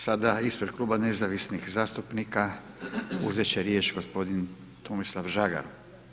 Sada ispred Kluba nezavisnih zastupnika uzet će riječ gospodin Tomislav Žagar.